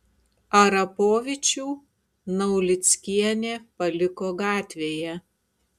arapovičių naulickienė paliko gatvėje